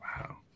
Wow